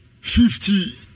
fifty